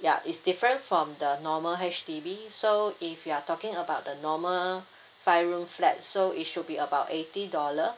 ya is different from the normal H_D_B so if you are talking about the normal five room flat so it should be about eighty dollar